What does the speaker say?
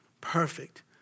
Perfect